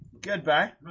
Goodbye